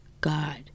God